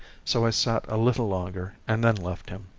so i sat a little longer and then left him.